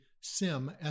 SIM